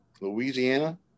Louisiana